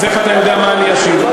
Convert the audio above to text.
אז איך אתה יודע מה אני אשיב?